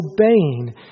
obeying